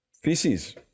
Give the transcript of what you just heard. feces